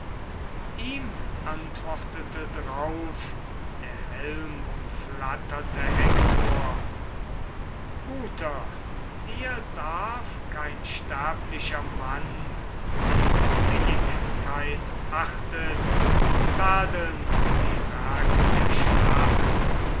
ihm antwortete drauf der helmumflatterte hektor guter dir darf kein sterblicher mann der billigkeit achtet tadeln die werke der schlacht